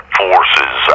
forces